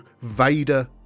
Vader